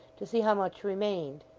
to see how much remained.